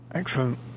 excellent